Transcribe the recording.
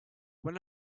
when